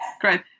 great